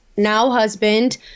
now-husband